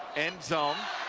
end zone